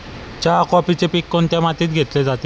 चहा, कॉफीचे पीक कोणत्या मातीत घेतले जाते?